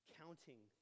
counting